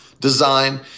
design